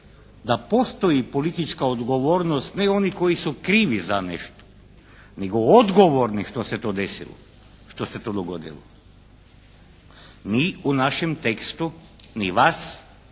da postoji politička odgovornost, ne onih koji su krivi za nešto, nego odgovorni što se to desilo, što se to dogodilo. Mi u našem tekstu ni vas,